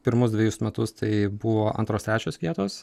pirmus dvejus metus tai buvo antros trečios vietos